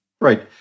Right